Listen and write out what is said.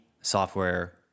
software